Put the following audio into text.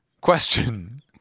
question